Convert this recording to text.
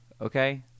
Okay